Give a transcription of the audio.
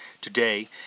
Today